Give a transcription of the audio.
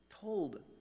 told